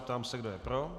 Ptám se, kdo je pro.